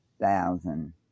thousand